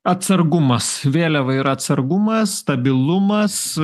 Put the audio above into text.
atsargumas vėliava ir atsargumas stabilumas